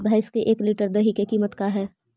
भैंस के एक लीटर दही के कीमत का है?